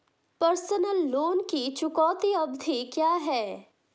Personal loan की चुकौती अवधि क्या है?